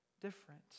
different